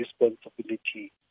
responsibility